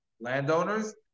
landowners